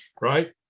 right